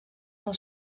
del